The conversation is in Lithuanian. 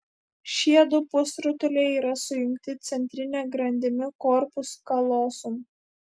šie du pusrutuliai yra sujungti centrine grandimi korpus kalosum